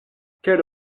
quelle